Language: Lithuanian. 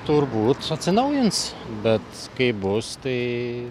turbūt atsinaujins bet kaip bus tai